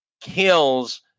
kills